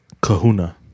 kahuna